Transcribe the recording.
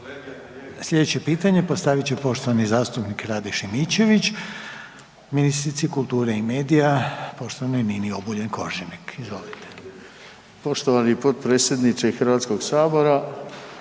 Sljedeće pitanje postavit će poštovani zastupnik Rade Šimičević ministrici kulture i medija poštovanoj Nini Obuljen Koržinek. Izvolite. **Šimičević, Rade